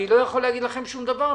אני לא יכול להגיד לכם שום דבר,